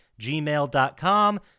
gmail.com